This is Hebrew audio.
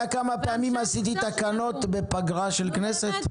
כמה פעמים עשיתי תקנות בפגרה של כנסת?